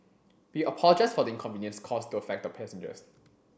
we apologise for the inconvenience caused to affected passengers